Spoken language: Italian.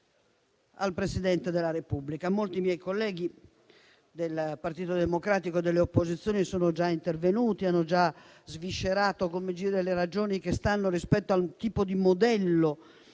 al Presidente della Repubblica. Molti miei colleghi del Partito Democratico e delle opposizioni sono già intervenuti e ne hanno già sviscerato le ragioni rispetto a un modello